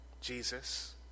Jesus